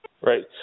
Right